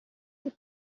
est